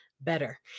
better